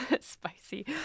spicy